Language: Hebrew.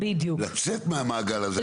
לצאת מהמעגל הזה.